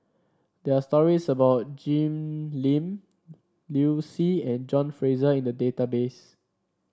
there are stories about Jim Lim Liu Si and John Fraser in the database